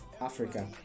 africa